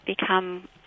become